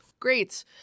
Great